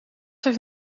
heeft